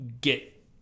get